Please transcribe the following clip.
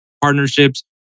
partnerships